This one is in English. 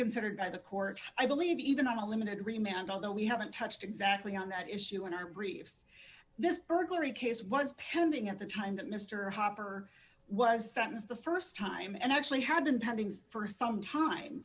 considered by the court i believe even on a limb in agreement although we haven't touched exactly on that issue in our briefs this burglary case was pending at the time that mr hopper was sentenced the st time and actually had been pending for some time